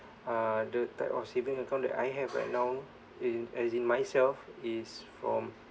uh the type of saving account that I have right now in as in myself is from